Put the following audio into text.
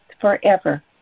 forever